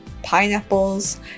pineapples